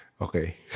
Okay